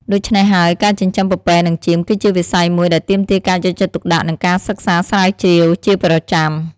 ដូច្នេះហើយ ការចិញ្ចឹមពពែនិងចៀមគឺជាវិស័យមួយដែលទាមទារការយកចិត្តទុកដាក់និងការសិក្សាស្រាវជ្រាវជាប្រចាំ។